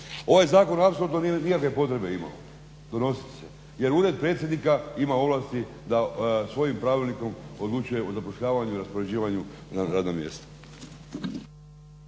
nije nikakve potrebe imao donositi se jer ured predsjednika ima ovlasti da svojim pravilnikom odlučuje o zapošljavanju i raspoređivanju na radno mjesto.